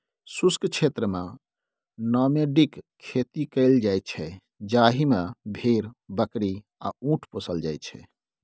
शुष्क क्षेत्रमे नामेडिक खेती कएल जाइत छै जाहि मे भेड़, बकरी आ उँट पोसल जाइ छै